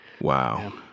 Wow